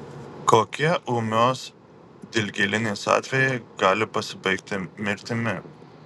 kokie ūmios dilgėlinės atvejai gali pasibaigti mirtimi